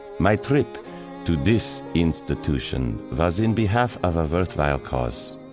my trip to this institution was in behalf of a worthwhile cause.